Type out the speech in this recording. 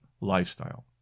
lifestyle